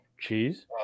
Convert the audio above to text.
Cheese